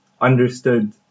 understood